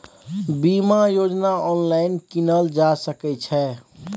बीमा योजना ऑनलाइन कीनल जा सकै छै?